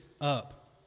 up